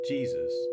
Jesus